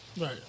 Right